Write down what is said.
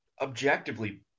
objectively